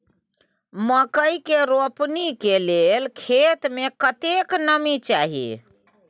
मकई के रोपनी के लेल खेत मे कतेक नमी चाही?